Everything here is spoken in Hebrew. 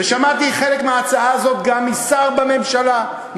ושמעתי חלק מההצעה הזאת גם משר בממשלה,